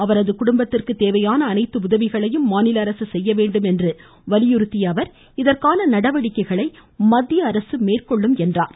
அவரது குடும்பத்திற்கு தேவையான அனைத்து உதவிகளையும் மாநில அரசு செய்ய வேண்டும் என்று வலியுறுத்திய அவர் இதற்கான நடவடிக்கைகளை மத்திய அரசு மேற்கொள்ளும் என்றார்